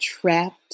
trapped